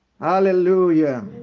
Hallelujah